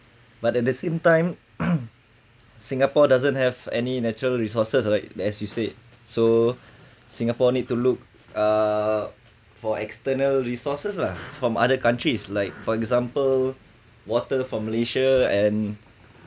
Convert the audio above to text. but at the same time singapore doesn't have any natural resources right that as you said so singapore need to look uh for external resources lah from other countries like for example water from malaysia and